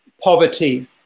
poverty